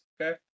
okay